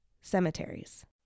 cemeteries